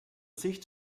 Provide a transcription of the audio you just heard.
sicht